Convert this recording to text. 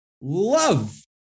love